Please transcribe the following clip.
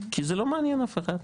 כי זה לא מעניין אף אחד,